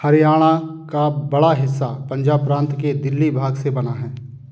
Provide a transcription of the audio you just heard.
हरियाणा का बड़ा हिस्सा पंजाब प्रांत के दिल्ली भाग से बना है